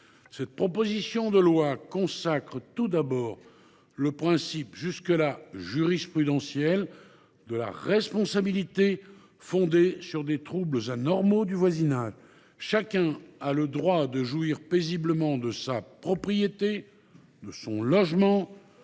La proposition de loi consacre tout d’abord le principe jusqu’alors jurisprudentiel de la responsabilité fondée sur les troubles anormaux de voisinage : chacun a le droit de jouir paisiblement de sa propriété, de son logement,